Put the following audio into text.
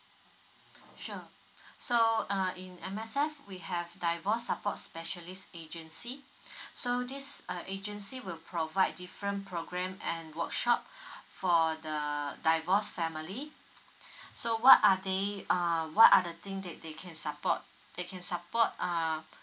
sure so uh in M_S_F we have divorce support specialist agency so this uh agency will provide different program and workshop for the divorced family so what are they uh what are the thing that they can support they can support uh